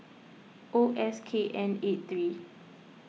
O S K N eighty three